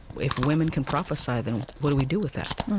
if women can prophesy, then what do we do with that?